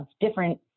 different